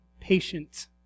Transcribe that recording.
patient